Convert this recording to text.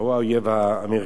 הוא האויב המרכזי.